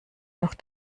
noch